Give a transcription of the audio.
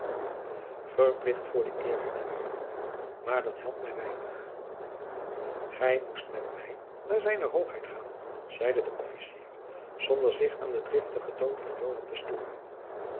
verplicht voor de eer hernam joan maar dat helpt mij weinig gij moest met mij naar zijne hoogheid gaan zeide de officier zonder zich aan den driftigen toon van joan te stooren